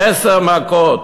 עשר מכות.